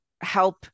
help